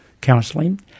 counseling